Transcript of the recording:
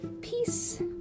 Peace